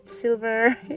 silver